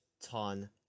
Ton